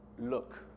Look